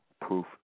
proof